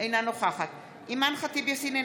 אינה נוכחת אימאן ח'טיב יאסין,